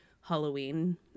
Halloween